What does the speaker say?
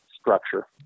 structure